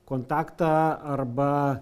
kontaktą arba